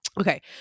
Okay